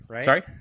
Sorry